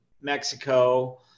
Mexico